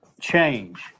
change